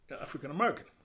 African-American